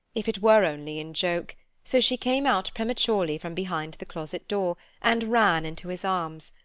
if it were only in joke so she came out prematurely from behind the closet door, and ran into his arms,